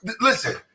Listen